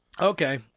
Okay